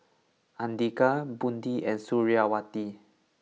Andika Budi and Suriawati